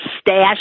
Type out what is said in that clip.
stash